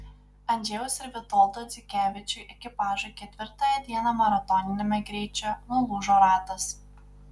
andžejaus ir vitoldo dzikevičių ekipažui ketvirtąją dieną maratoniniame greičio nulūžo ratas